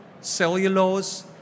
cellulose